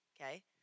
Okay